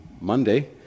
Monday